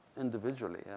individually